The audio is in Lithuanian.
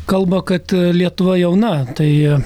kalba kad lietuva jauna tai